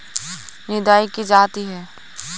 निदाई की जाती है?